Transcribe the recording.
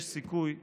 יש סיכוי לשלום.